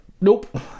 nope